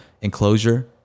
enclosure